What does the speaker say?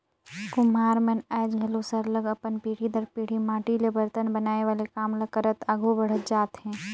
कुम्हार मन आएज घलो सरलग अपन पीढ़ी दर पीढ़ी माटी ले बरतन बनाए वाले काम ल करत आघु बढ़त जात हें